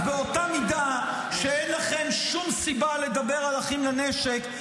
אז באותה מידה שאין לכם שום סיבה לדבר על אחים לנשק,